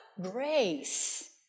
Grace